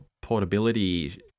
portability